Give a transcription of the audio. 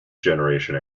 generation